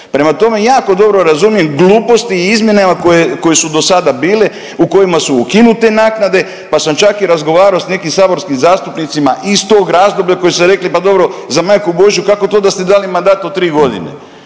Prema tome, jako dobro razumijem gluposti o izmjenama koje su do sada bile u kojima su ukinute naknade, pa sam čak i razgovarao sa nekim saborskim zastupnicima iz tog razdoblja koji su rekli, pa dobro za majku božju kako to da ste dali mandat od tri godine.